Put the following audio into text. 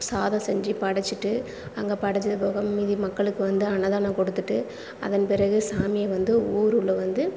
சாதம் செஞ்சு படைச்சிகிட்டு அங்கே படைத்தது போக மீதி மக்களுக்கு வந்து அன்னதானம் கொடுத்துட்டு அதன் பிறகு சாமியை வந்து ஊருள்ள வந்து